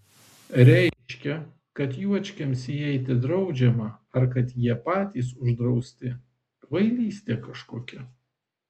reiškia kad juočkiams įeiti draudžiama ar kad jie patys uždrausti kvailystė kažkokia